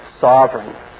sovereign